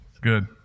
Good